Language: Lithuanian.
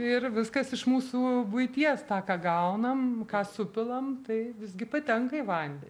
ir viskas iš mūsų buities tą ką gaunam ką supilam tai visgi patenka į vandenį